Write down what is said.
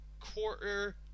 quarter